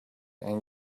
and